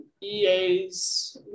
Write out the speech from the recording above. EAs